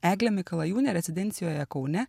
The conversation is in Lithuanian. eglė mikalajūnė rezidencijoje kaune